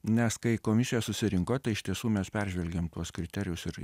nes kai komisija susirinko tai iš tiesų mes peržvelgėm tuos kriterijus ir